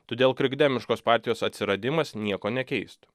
todėl krikdemiškos partijos atsiradimas nieko nekeistų